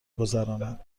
گذراند